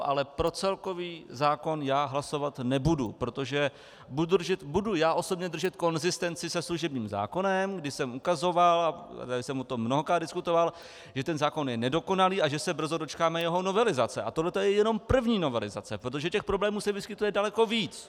Ale pro celkový zákon já hlasovat nebudu, protože buď budu já osobně držet konzistenci se služebním zákonem, kdy jsem ukazoval, a tady jsem o tom mnohokrát diskutoval, že ten zákon je nedokonalý a že se brzy dočkáme jeho novelizace, a tohle je jen první novelizace, protože těch problémů se vyskytuje daleko víc.